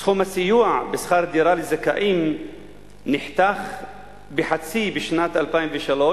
סכום הסיוע בשכר דירה לזכאים נחתך בחצי בשנת 2003,